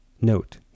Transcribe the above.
Note